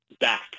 back